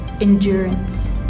endurance